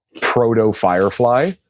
proto-Firefly